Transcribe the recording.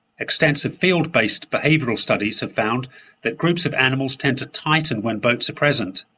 extensive field-based behavioural studies have found that groups of animals tend to tighten when boats are present.